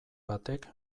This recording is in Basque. batek